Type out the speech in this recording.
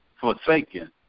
forsaken